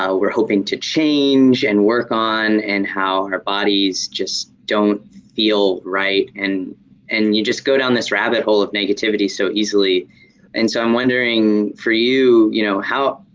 we're hoping to change, and work on, and how our bodies just don't feel right. and and you just go down this rabbit hole of negativity so easily. and so i'm wondering for you you know, how